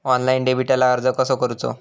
Online डेबिटला अर्ज कसो करूचो?